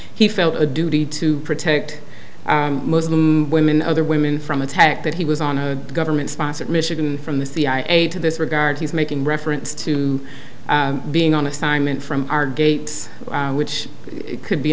felt a duty to protect muslim women other women from attack that he was on a government sponsored michigan from the cia to this regard he's making reference to being on assignment from our gate which could be